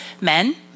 men